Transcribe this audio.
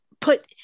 put